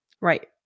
Right